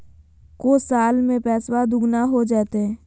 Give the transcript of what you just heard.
को साल में पैसबा दुगना हो जयते?